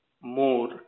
more